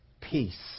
peace